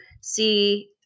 see